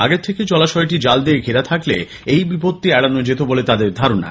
আগে থেকে জলাশয়টি জাল দিয়ে ঘেরা থাকলে এই বিপত্তি এড়ানো যেত বলে তাদের ধারণা